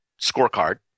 scorecard